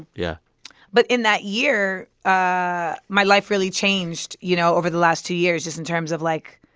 yeah but in that year, ah my life really changed, you know, over the last two years just in terms of, like,